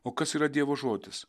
o kas yra dievo žodis